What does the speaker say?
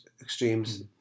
extremes